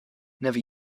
never